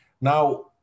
Now